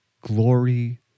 glory